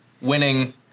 winning